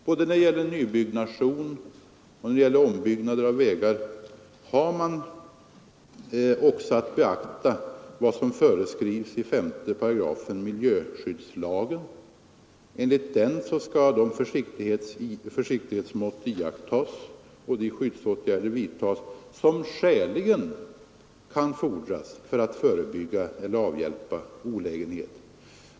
Både när det gäller nybyggnation och när det gäller ombyggnader av vägar har man också att beakta vad som föreskrivs i 5 § miljöskyddslagen. Enligt den skall de försiktighetsmått iakttas och de skyddsåtgärder vidtas som skäligen kan fordras för att förebygga eller avhjälpa olägenheter.